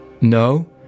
No